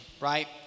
right